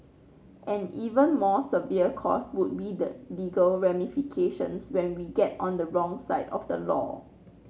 an even more severe cost would be the legal ramifications when we get on the wrong side of the law